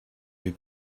mes